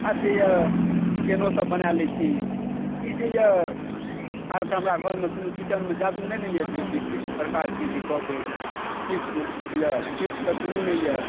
आर जे यऽ चिकेनो सब बना लै छी ई जे यऽ आर तऽ हमरा घर मे किचन मे कोनो जादू तऽ नहि यऽ जे विशिष्ट प्रकार के जे कहबै टिप्स यऽ टिप्स तऽ कोनो नहि यऽ